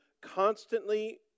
constantly